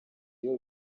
iyo